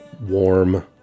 warm